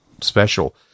special